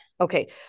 Okay